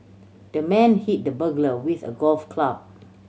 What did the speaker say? the man hit the burglar with a golf club